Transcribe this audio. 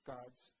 God's